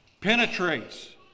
penetrates